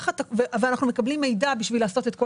אנחנו מקבלים מידע כדי לעשות את כל